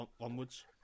onwards